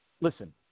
listen